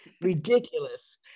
ridiculous